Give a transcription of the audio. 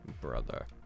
brother